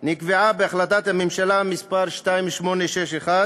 נקבעה בהחלטת הממשלה מס' 2861,